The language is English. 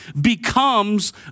becomes